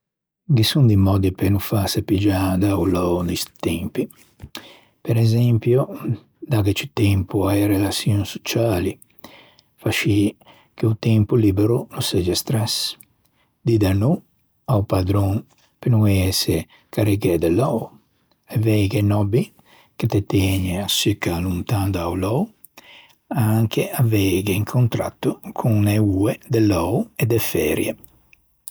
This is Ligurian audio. Ghe son di mòddi pe no fâse piggiâ da-o lou de sti tempi. Presempio, dâghe ciù tempo a-e relaçioin sociali, fa scì che o tempo libero no segge stress, dî de no a-o padron pe no ëse carregæ de lou. Aveighe un hobby ch'o te tëgne a succa lontan da-o lou, anche avei un contratto con e oe de lou e de ferie.